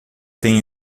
tenha